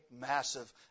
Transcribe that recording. massive